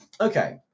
Okay